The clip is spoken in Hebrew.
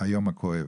היום הכואב.